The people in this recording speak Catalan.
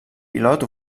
pilot